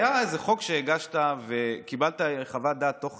היה איזה חוק שהגשת וקיבלת חוות דעת תוך